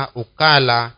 ukala